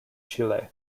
chile